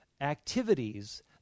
activities